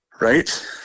Right